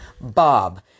Bob